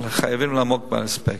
אבל חייבים לעמוד בהספק.